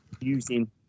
using